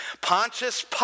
Pontius